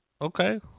Okay